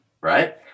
Right